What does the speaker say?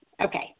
Okay